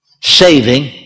Saving